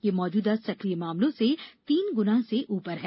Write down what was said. यह मौजूदा सक्रिय मामलों से तीन गुना से ऊपर है